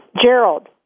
Gerald